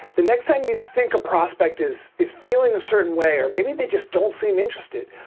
the next time you think a prospect is is feeling a certain way or maybe they just don't seem interested,